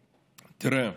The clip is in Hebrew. תראה,